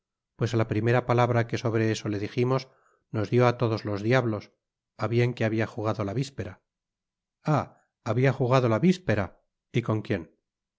pues á la primera palabra que sobre eso le dijimos nos dió á todos los diablos á bien que habia jugado la vispera ah habia jugado la vispera y con quien